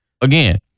Again